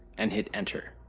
and hit enter.